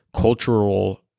cultural